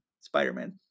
Spider-Man